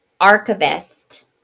archivist